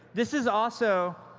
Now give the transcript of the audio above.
this is also.